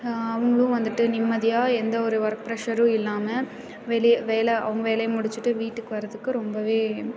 அவங்களும் வந்துட்டு நிம்மதியாக எந்த ஒரு ஒர்க் ப்ரெஷ்ஷரும் இல்லாமல் வெளியே வேலை அவங்க வேலையை முடிச்சுட்டு வீட்டுக்கு வர்றதுக்கு ரொம்ப